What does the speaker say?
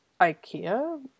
IKEA